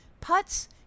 putts